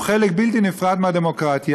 הוא חלק בלתי נפרד מהדמוקרטיה,